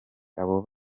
abo